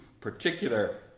particular